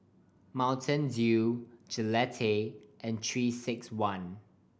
Mountain Dew Gillette and Three Six One